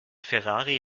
ferrari